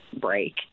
break